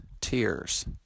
tears